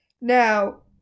Now